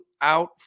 out